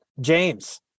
James